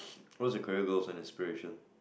what's your career goals and inspiration